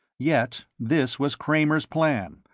yet this was kramer's plan,